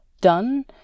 done